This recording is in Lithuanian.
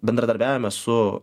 bendradarbiaujame su